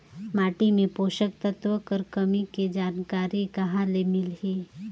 माटी मे पोषक तत्व कर कमी के जानकारी कहां ले मिलही?